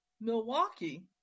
Milwaukee